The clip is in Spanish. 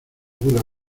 bula